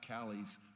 Callie's